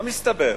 מה מסתבר?